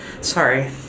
sorry